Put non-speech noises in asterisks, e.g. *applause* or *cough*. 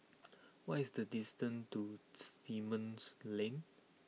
what is the distance to *hesitation* Simon's Lane